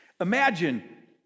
Imagine